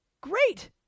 Great